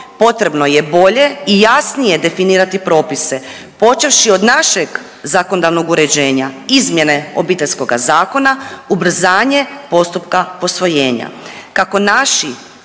potrebno je bolje i jasnije definirati propise počevši od našeg zakonodavnog uređenja, izmjene Obiteljskoga zakona, ubrzanje postupka posvojenja